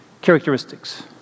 characteristics